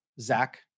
zach